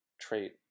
trait